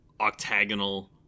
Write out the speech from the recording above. octagonal